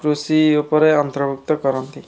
କୃଷି ଉପରେ ଅନ୍ତର୍ଭୂକ୍ତ କରନ୍ତି